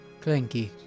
clanky